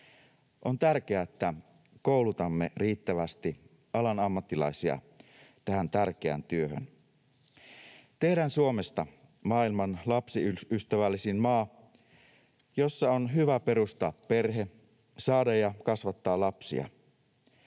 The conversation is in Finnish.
On tärkeää, että koulutamme riittävästi alan ammattilaisia tähän tärkeään työhön. Tehdään Suomesta maailman lapsiystävällisin maa, jossa on hyvä perustaa perhe, saada ja kasvattaa lapsia,